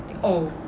oh